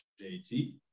JT